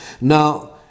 Now